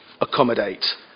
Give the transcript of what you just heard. accommodate